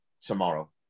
tomorrow